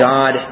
God